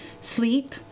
sleep